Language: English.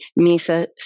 Misa